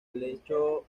lecho